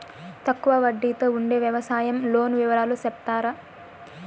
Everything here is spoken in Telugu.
తక్కువ వడ్డీ తో ఉండే వ్యవసాయం లోను వివరాలు సెప్తారా?